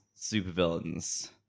supervillains